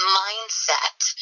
mindset